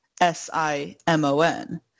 S-I-M-O-N